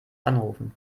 anrufen